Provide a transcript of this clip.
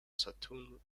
saturn